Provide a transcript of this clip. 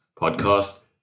podcast